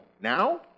now